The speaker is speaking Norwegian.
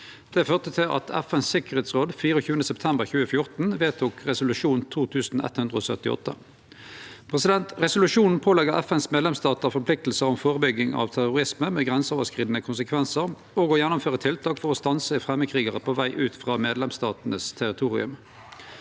Det førte til at FNs tryggingsråd 24. september 2014 vedtok resolusjon 2178. Resolusjonen pålegg FNs medlemsstatar forpliktingar om førebygging av terrorisme med grenseoverskridande konsekvensar og å gjennomføre tiltak for å stanse framandkrigarar på veg ut frå medlemsstatane sitt territorium.